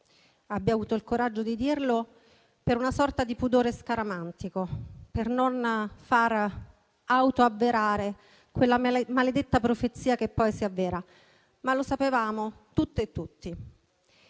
abbia avuto il coraggio di dirlo per una sorta di pudore scaramantico, per non far avverare quella maledetta profezia, che poi si autoavvera ma lo sapevamo tutte e tutti.